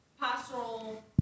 pastoral